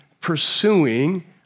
pursuing